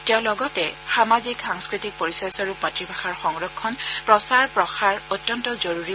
তেওঁ লগতে কয় যে সামাজিক সাংস্কৃতিক পৰিচয় স্বৰূপ মাতৃভাষাৰ সংৰক্ষণ প্ৰচাৰ আৰু প্ৰসাৰ অত্যন্ত জৰুৰী